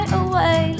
away